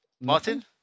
Martin